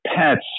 pets